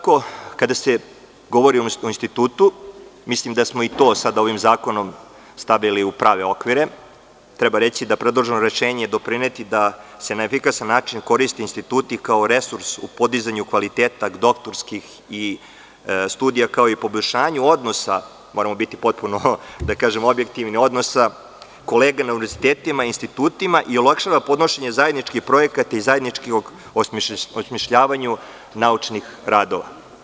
Kada se govori o institutu, mislim da smo i to sada ovim zakonom stavili u prave okvire, treba reći da će predloženo rešenje doprineti da se na efikasan način koriste instituti kao resurs u podizanju kvaliteta doktorskih studija, kao i poboljšanju odnosa, moramo biti potpuno objektivni, odnosa kolege na univerzitetima i institutima i olakšava podnošenje zajedničkih projekata i zajedničkog osmišljavanja naučnih radova.